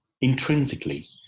intrinsically